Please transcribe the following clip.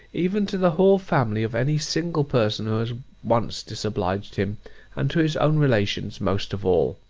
even to the whole family of any single person who has once disobliged him and to his own relations most of all.